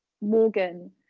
Morgan